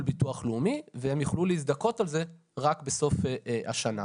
ביטוח לאומי והם יוכלו להזדכות על זה רק בסוף השנה.